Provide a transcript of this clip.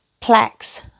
plaques